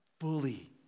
fully